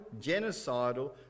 genocidal